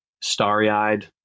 starry-eyed